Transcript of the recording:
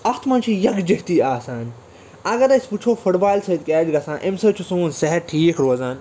اَتھ منٛز چھِ یَکجٕتی آسان اگر أسۍ وُچھَو فُٹ بالہِ سۭتۍ کیٛاہ چھِ گژھان اَمہِ سۭتۍ چھُ سون صحت ٹھیٖک روزان